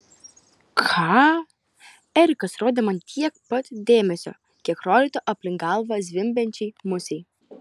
ką erikas rodė man tiek pat dėmesio kiek rodytų aplink galvą zvimbiančiai musei